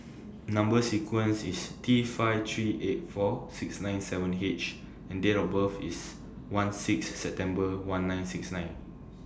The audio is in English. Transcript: Number sequence IS T five three eight four six nine seven H and Date of birth IS one six September one nine six nine